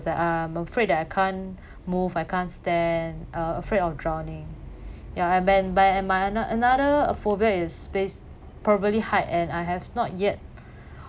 that I'm afraid that I can't move I can't stand uh afraid of drowning ya I mean by am I an~ another phobia is space probably height and I have not yet